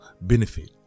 benefit